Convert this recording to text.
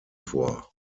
vor